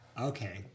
Okay